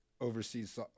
overseas